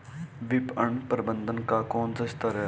विपणन प्रबंधन का कौन सा स्तर है?